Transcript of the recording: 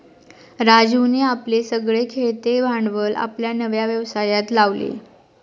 राजीवने आपले सगळे खेळते भांडवल आपल्या नव्या व्यवसायात लावले